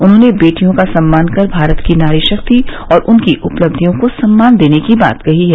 उन्होंने बेटियों का सम्मान कर भारत की नारी शक्ति और उनकी उपलब्धियों को सम्मान देने की बात कही है